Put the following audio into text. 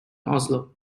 oslo